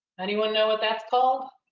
anyone know what that's called?